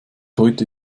heute